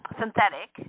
synthetic